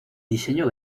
diseño